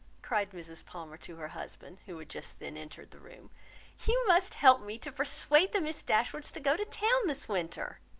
cried mrs. palmer to her husband, who just then entered the room you must help me to persuade the miss dashwoods to go to town this winter.